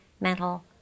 mental